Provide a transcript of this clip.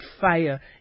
fire